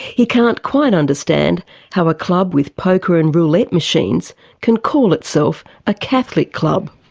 he can't quite understand how a club with poker and roulette machines can call itself a catholic club.